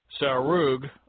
Sarug